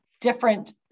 different